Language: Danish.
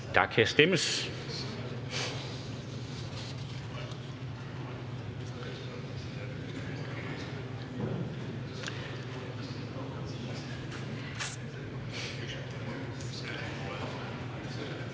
der kan stemmes.